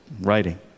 writing